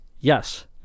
Yes